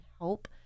help